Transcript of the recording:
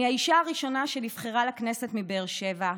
אני האישה הראשונה שנבחרה לכנסת מבאר שבע,